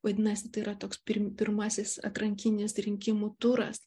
vadinasi tai yra toks pirmasis atrankinis rinkimų turas